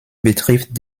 betrifft